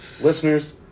Listeners